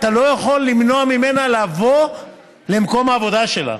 לא יכול למנוע ממנה לבוא למקום העבודה שלה,